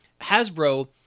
Hasbro